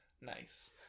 Nice